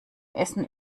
essen